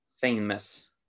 famous